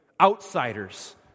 Outsiders